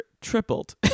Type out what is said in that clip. tripled